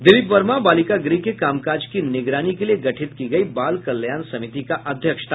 दिलीप वर्मा बालिका गृह के कामकाज की निगरानी के लिए गठित की गयी बाल कल्याण समिति का अध्यक्ष था